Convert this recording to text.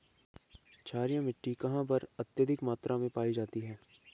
क्षारीय मिट्टी कहां पर अत्यधिक मात्रा में पाई जाती है?